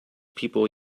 people